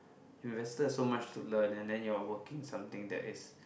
you invested so much to learn and then you are working something that is